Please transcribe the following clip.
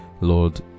Lord